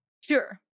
Sure